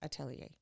Atelier